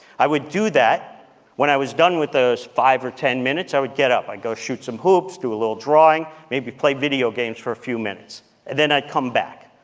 i would do that and when i was done with those five or ten minutes, i would get up. i'd go shoot some hoops, do a little drawing, maybe play video games for a few minutes, and then i come back.